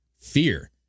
fear